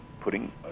putting